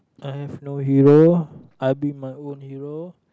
I have no hero I be my own hero